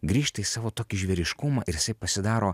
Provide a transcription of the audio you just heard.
grįžta į savo tokį žvėriškumą ir jisai pasidaro